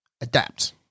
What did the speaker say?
adapt